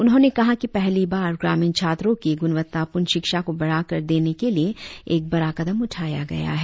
उन्होंने कहा कि पहली बार ग्रामीण छात्रों की गुणवत्तापूर्ण शिक्षा को बढ़ाकर देने के लिए एक बड़ा कदम उठाया गया है